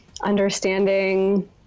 understanding